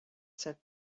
said